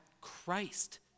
christ